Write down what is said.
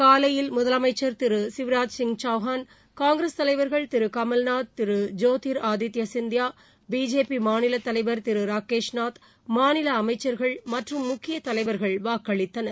காலையில் முதலமைச்சா் திரு சிவராஜ் சிங் சௌஹான் காங்கிரஸ் தலைவா்கள் திரு கமல்நாத் திரு ஜோதீர் ஆதித்ய சிந்தியா பிஜேபி மாநில தலைவர் திரு ராகேஷ்நாத் மாநில அமைச்சர்கள் மற்றும் முக்கிய தலைவர்கள் வாக்களித்தனர்